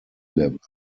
levels